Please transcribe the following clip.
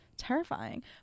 terrifying